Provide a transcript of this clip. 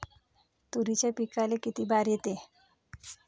तुरीच्या पिकाले किती बार येते?